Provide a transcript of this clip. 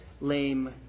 lame